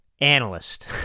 analyst